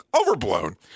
overblown